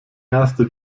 erste